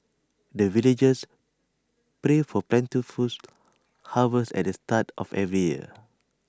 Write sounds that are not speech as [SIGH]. the villagers pray for plentiful [UNINTELLIGIBLE] harvest at the start of every year